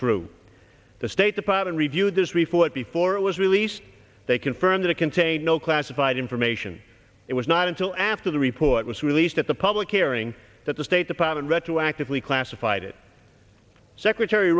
true the state department reviewed this report before it was released they confirm that it contained no classified information it was not until after the report was released at the public hearing that the state department retroactively classified it secretary